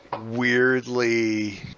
weirdly